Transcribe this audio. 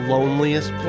Loneliest